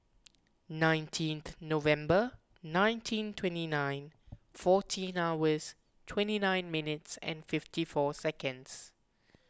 nineteen November nineteen twenty nine fourteen hours twenty nine minutes and fifty four seconds